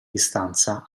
distanza